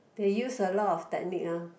they use a lot of technique uh